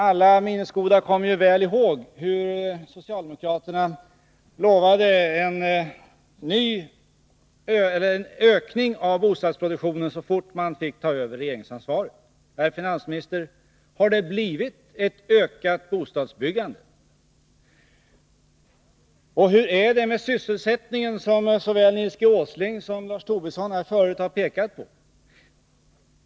Alla minnesgoda kommer ju väl ihåg hur socialdemokraterna lovade att en ökning av bostadsproduktionen skulle ske så fort man fick ta över regeringsansvaret. Herr finansminister: Har det blivit en ökning av bostadsbyggandet? Hur är det med sysselsättningen, som såväl Nils Åsling som Lars Tobisson har pekat på?